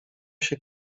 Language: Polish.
się